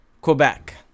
Quebec